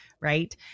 right